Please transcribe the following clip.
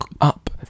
up